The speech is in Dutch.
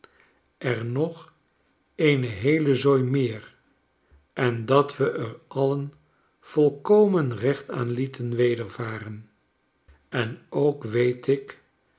er nog eene heele zooi meer en dat we er alien volkomen recht aan lieten wedervaren en ook weet ik